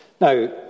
Now